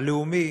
הלאומי,